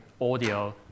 audio